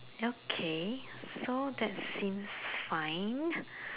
okay so that seems fine